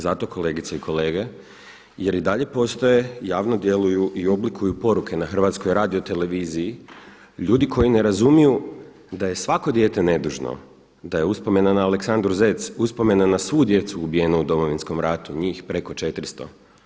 Zato, kolegice i kolege jer i dalje postoje i javno djeluju i oblikuju poruke na Hrvatskoj radio-televiziji ljudi koji ne razumiju da je svako dijete nedužno, da je uspomena na Aleksandru Zec uspomena na svu djecu ubijenu u Domovinskom ratu, njih preko 400.